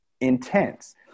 intense